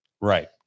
Right